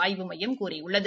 ஆய்வு மையம் கூறியுள்ளது